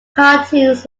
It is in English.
cartoons